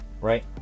right